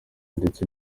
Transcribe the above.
ndetse